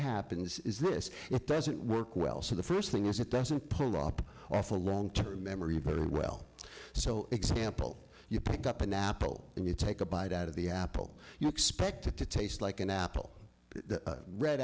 happens is this it doesn't work well so the first thing is it doesn't pull up off a long term memory very well so example you pick up an apple and you take a bite out of the apple you expect it to taste like an apple